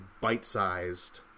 bite-sized